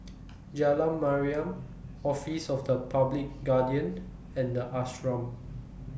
Jalan Mariam Office of The Public Guardian and The Ashram